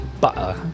butter